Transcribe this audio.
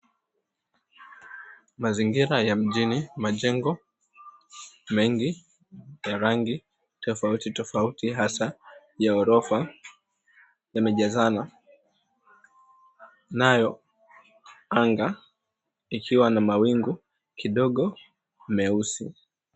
Mazingira ya mjini, majengo mengi ya rangi tofauti tofauti hasaa ya ghorofa, yamejazana. Nayo anga, ikiwa na mawingu kidogo meusi.